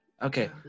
Okay